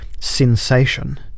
sensation